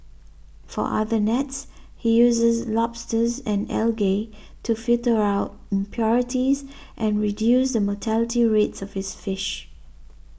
for other nets he uses lobsters and algae to filter out impurities and reduce the mortality rates of his fish